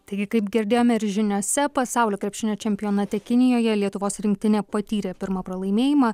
taigi kaip girdėjome ir žiniose pasaulio krepšinio čempionate kinijoje lietuvos rinktinė patyrė pirmą pralaimėjimą